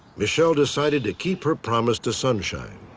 michele decided to keep her promise to sunshine,